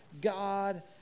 God